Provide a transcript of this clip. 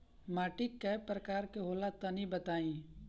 माटी कै प्रकार के होला तनि बताई?